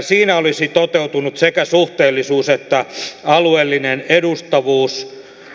siinä olisi toteutunut sekä suhteellisuus että alueellinen edustavuus